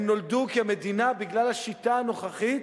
הם נולדו כי המדינה, בגלל השיטה הנוכחית,